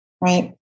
right